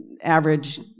average